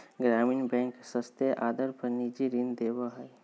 ग्रामीण बैंक सस्ते आदर पर निजी ऋण देवा हई